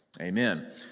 Amen